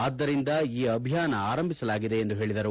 ಆದ್ದರಿಂದ ಈ ಅಭಿಯಾನ ಆರಂಭಿಸಲಾಗಿದೆ ಎಂದು ತಿಳಿಸಿದರು